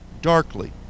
darkly